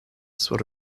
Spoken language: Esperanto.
sur